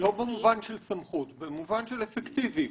לא במובן של סמכות, במובן של אפקטיבי.